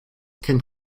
kennt